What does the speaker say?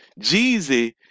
Jeezy